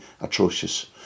atrocious